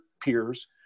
peers